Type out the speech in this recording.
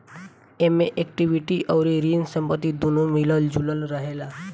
एमे इक्विटी अउरी ऋण संपत्ति दूनो मिलल जुलल रहेला